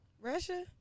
Russia